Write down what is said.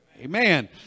Amen